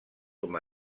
com